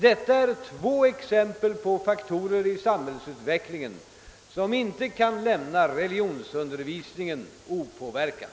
Detta är två exempel på faktorer i samhällsutvecklingen som inte kan lämna religionsundervisningen opåverkad.